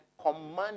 command